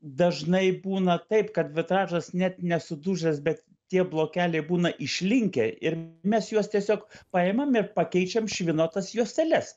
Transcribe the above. dažnai būna taip kad vitražas net nesudužęs bet tie blokeliai būna išlinkę ir mes juos tiesiog paimam ir pakeičiam švino tas juosteles